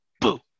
boo